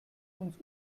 uns